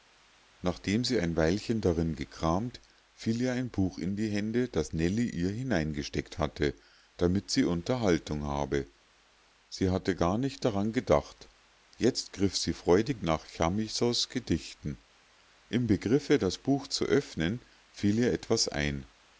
nachdem sie ein weilchen darin gekramt fiel ihr ein buch in die hände das nellie ihr hineingesteckt hatte damit sie unterhaltung habe sie hatte gar nicht daran gedacht jetzt griff sie freudig nach chamissos gedichten im begriffe das buch zu öffnen fiel ihr etwas ein